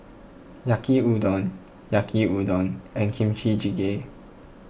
Yaki Udon Yaki Udon and Kimchi Jjigae